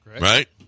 Right